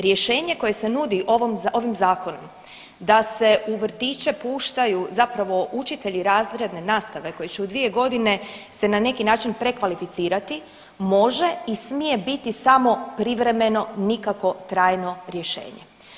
Rješenje koje se nudi ovom, ovim zakonom da se u vrtiće puštaju zapravo učitelji razredne nastave koji će u 2 godine se na neki način prekvalificirati može i smije biti samo privremeno nikako trajno rješenje.